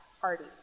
party